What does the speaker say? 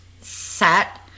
set